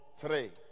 three